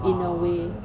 in a way